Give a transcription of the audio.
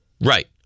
Right